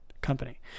company